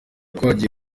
twagiye